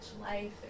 life